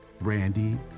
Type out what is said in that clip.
Randy